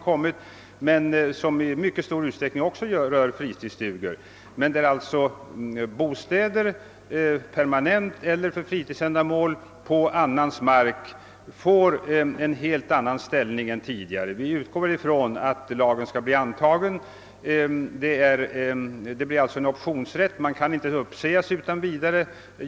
Enligt de föreslagna nya arrendebestämmelserna får bostäder — både för permanent bruk och för fritidsändamål — på annans mark en helt annan ställning än tidigare. Vi utgår från att lagen skall bli antagen. Husägarna får alltså en optionsrätt och kan inte uppsägas utan vidare.